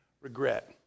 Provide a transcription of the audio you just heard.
regret